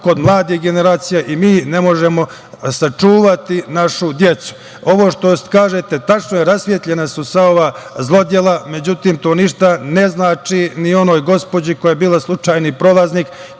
kod mladih generacija i mi ne možemo sačuvati našu decu. Ovo što kažete, tačno je, rasvetljena su sva ova zlodela, međutim, to ništa ne znači ni onoj gospođi koja je bila slučajni prolaznik,